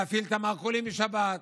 להפעיל את המרכולים בשבת,